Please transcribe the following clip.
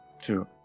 True